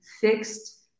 fixed